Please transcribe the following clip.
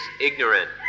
ignorant